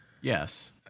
Yes